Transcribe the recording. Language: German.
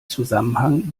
zusammenhang